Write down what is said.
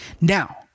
Now